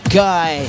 guy